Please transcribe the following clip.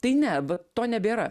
tai ne to nebėra